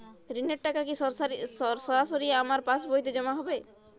ঋণের টাকা কি সরাসরি আমার পাসবইতে জমা হবে?